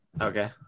Okay